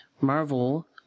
Marvel